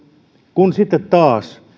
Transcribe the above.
kun sitten taas